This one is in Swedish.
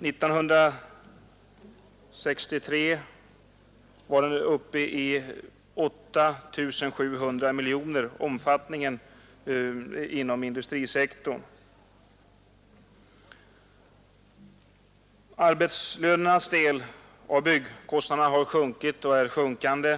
År 1963 var omfattningen inom denna industrisektor uppe i 8 700 miljoner. Arbetslönernas del av byggkostnaderna har sjunkit och är sjunkande.